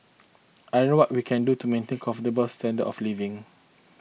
I don't know what we can do to maintain comfortable standard of living